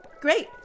Great